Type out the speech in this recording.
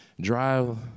drive